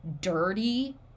dirty